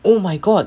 oh my god